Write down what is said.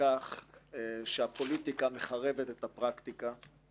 לכך שהפוליטיקה מחרבת את הפרקטיקה.